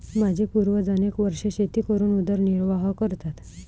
माझे पूर्वज अनेक वर्षे शेती करून उदरनिर्वाह करतात